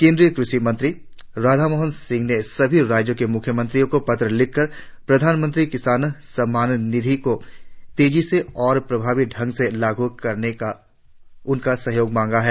क्रषि मंत्री राधामोहन सिंह ने सभी राज्यों के मुख्यमंत्रियों को पत्र लिखकर प्रधानमंत्री किसान सम्मान निधि को तेजी से और प्रभवी ढंग से लागू करने में उनका सहयोग मांगा है